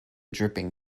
dripping